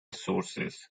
sources